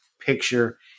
picture